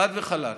חד וחלק.